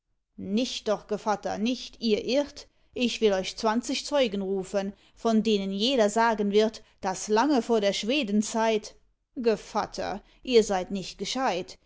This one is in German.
nicht doch gevatter nicht ihr irrt ich will euch zwanzig zeugen rufen von denen jeder sagen wird daß lange vor der schwedenzeit gevatter ihr seid nicht gescheit